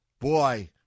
Boy